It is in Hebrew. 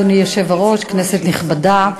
אדוני היושב-ראש, כנסת נכבדה,